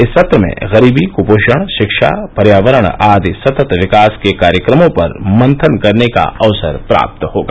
इस सत्र में गरीबी कुपोषण शिक्षा पर्यावरण आदि सतत् विकास के कार्यक्रमों पर मंथन करने का अवसर प्राप्त होगा